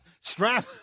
strap